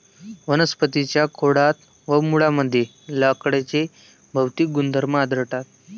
वनस्पतीं च्या खोडात व मुळांमध्ये लाकडाचे भौतिक गुणधर्म आढळतात